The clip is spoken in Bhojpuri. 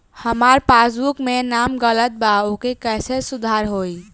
हमार पासबुक मे नाम गलत बा ओके कैसे सुधार होई?